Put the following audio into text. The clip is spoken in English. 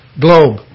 globe